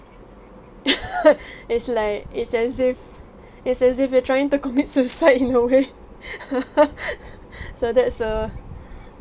it's like it's as if it's as if you are trying to commit suicide in a way so that's a